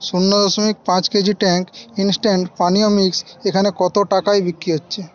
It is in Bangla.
শূণ্য দশমিক পাঁচ কেজি ট্যাংক ইন্সট্যান্ট পানীয় মিক্স এখন কত টাকায় বিক্রি হচ্ছে